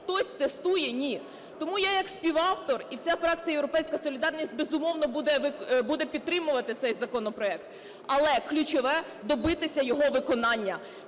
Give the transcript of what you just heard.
хтось тестує? Ні. Тому я як співавтор і вся фракція "Європейська солідарність", безумовно, буде підтримувати цей законопроект. Але ключове – добитися його виконання.